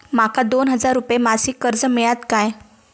माका दोन हजार रुपये मासिक कर्ज मिळात काय?